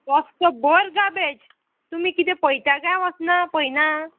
रस्तोभर garbage तुमी कितें पयता काय वचना पयना